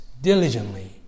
diligently